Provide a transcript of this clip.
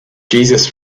jesus